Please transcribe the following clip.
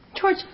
George